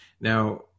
Now